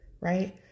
right